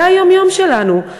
זה היום-יום שלנו.